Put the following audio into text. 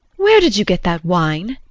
where did you get that wine?